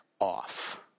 off